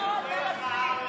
מלח הארץ.